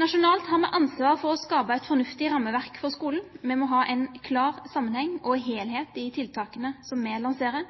Nasjonalt har vi ansvar for å skape et fornuftig rammeverk for skolen. Vi må ha en klar sammenheng og helhet i tiltakene vi lanserer.